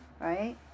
right